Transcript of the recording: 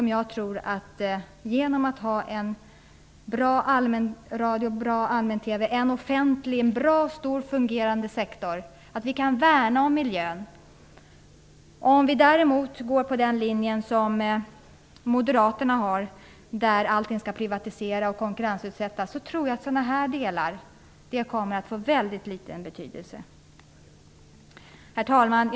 Jag tror att vi genom att ha en bra allmänradio och bra allmän-TV och en bra och fungerande offentlig sektor kan värna miljön. Om vi däremot går på den linje som Moderaterna har, där allting skall privatiseras och konkurrenssutsättas, tror jag att sådant här kommer att ha en väldigt liten betydelse. Herr talman!